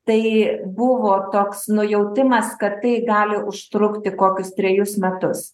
tai buvo toks nujautimas kad tai gali užtrukti kokius trejus metus